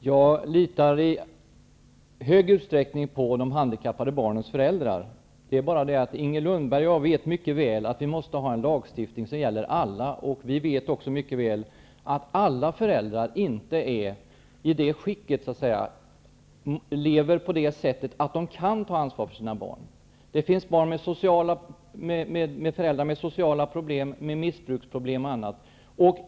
Herr talman! Jag litar i stor utsträckning på de handikappade barnens föräldrar. Men Inger Lundberg och jag vet mycket väl att vi måste ha en lagstiftning som gäller alla. Vi vet också mycket väl att alla föräldrar inte är så att säga i det skicket och lever på det sättet att de kan ta ansvar för sina barn. Det finns barn som har föräldrar med sociala problem, med missbruksproblem och annat.